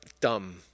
dumb